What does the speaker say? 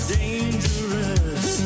dangerous